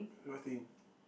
what thing